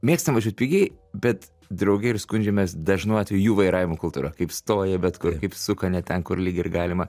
mėgsta važiuot pigiai bet drauge ir skundžiamės dažnu atveju jų vairavimo kultūra kaip stoja bet kur kaip suka ne ten kur lyg ir galima